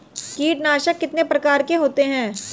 कीटनाशक कितने प्रकार के होते हैं?